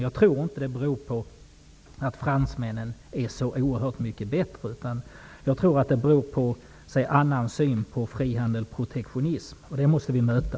Jag tror inte att denna skillnad beror på att fransmännen är så oerhört mycket bättre, utan den beror nog på att man har en annan syn på frihandel/protektionism. Det här måste vi möta.